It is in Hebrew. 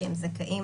שהם זכאים,